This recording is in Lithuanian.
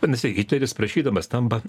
vadinasi hitleris prašydamas tampa